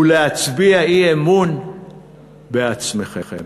ולהצביע אי-אמון בעצמכם.